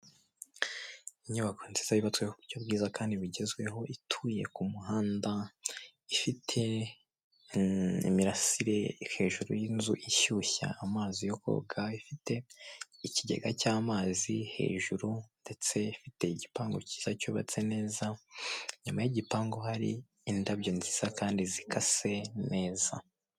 Inyubako nziza yubatswe ku buryo bwiza kandi bugezweho ituye ku muhanda ifite imirasire hejuru y'inzu ishyushya amazi yo koga, ifite ikigega cy'amazi hejuru ndetse ifite igipangu cyiza cyubatse neza, inyuma y'igipangu hari indabyo nziza kandi zikase neza.